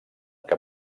que